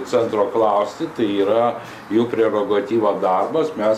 centro klausti tai yra jų prerogatyva darbas mes